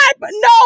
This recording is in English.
No